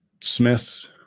Smith